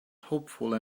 hopeful